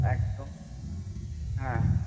একদম হ্যাঁ